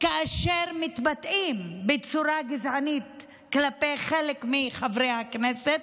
כאשר מתבטאים בצורה גזענית כלפי חלק מחברי הכנסת,